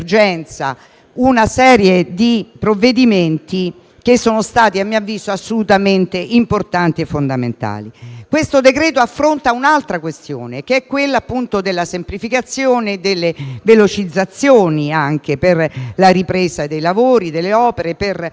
una serie di provvedimenti che sono stati, a mio avviso, assolutamente fondamentali. Il decreto-legge affronta un'altra questione, che è quella della semplificazione e delle velocizzazioni per la ripresa dei lavori e delle opere, per dare